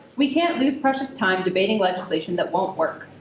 we can't lost precious time debating legislation that won't work.